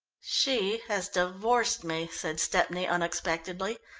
she has divorced me, said stepney unexpectedly.